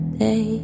day